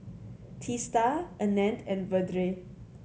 Teesta Anand and Vedre